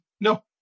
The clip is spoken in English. no